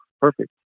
perfect